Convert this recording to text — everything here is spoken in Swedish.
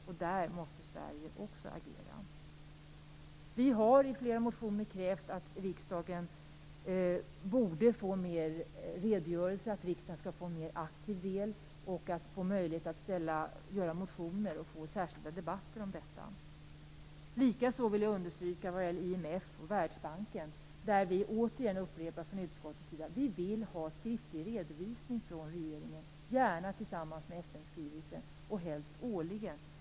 Sverige måste agera i det avseendet. Vi har i flera motioner krävt att riksdagen skall få mer redogörelser, att riksdagen skall få en mer aktiv roll och få möjlighet att väcka motioner och att ha särskilda debatter om detta. När det gäller IMF och Världsbanken upprepar vi återigen från utskottets sida att vi vill ha en skriftlig redovisning från regeringen, gärna tillsammans med FN-skrivelsen och helst årligen.